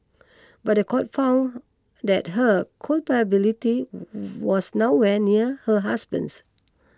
but the court found that her culpability was nowhere near her husband's